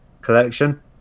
collection